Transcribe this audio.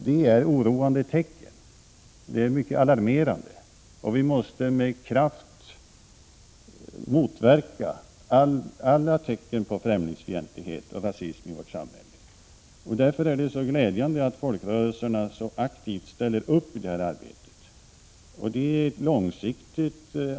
Detta är oroande tecken, och vi måste med kraft motverka all främlingsfientlighet och rasism i vårt samhälle. Därför är det glädjande att folkrörelserna så aktivt ställer upp i detta arbete.